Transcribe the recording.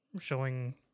showing